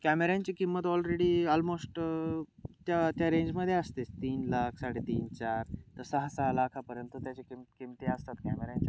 कॅमेऱ्यांची किंमत already almost त्या त्या रेंजमध्ये असतेच तीन लाख साडे तीन चार तर सहा सहा लाखापर्यंत त्याची किम किमती असतात कॅमेऱ्यांच्या